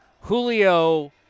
julio